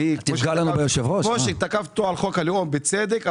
כמו שתקפתי אותו על חוק הלאום בצדק,